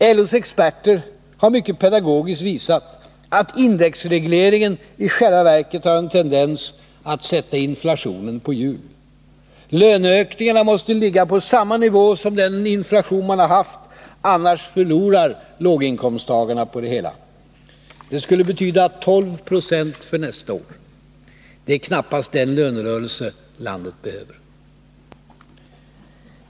LO:s experter har mycket pedagogiskt visat att indexregleringen i själva verket har en tendens att sätta inflationen på hjul. Löneökningarna måste ligga på samma nivå som den inflation man har haft, annars förlorar låginkomsttagarna på det hela. Det skulle betyda 12 96 för nästa år. Det är knappast den lönerörelse landet behöver.